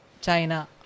China